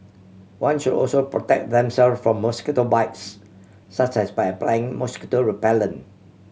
one should also protect themself from mosquito bites such as by applying mosquito repellent